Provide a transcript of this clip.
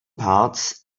parts